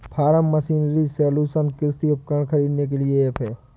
form machinery solution कृषि उपकरण खरीदने के लिए ऐप है